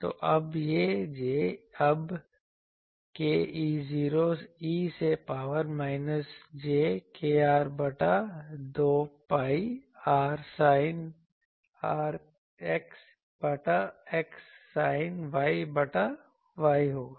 तो अब यह j ab k E0 e से पावर माइनस j kr बटा 2 pi r sin phi sin X बटा X sin Y बटा Y होगा